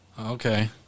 Okay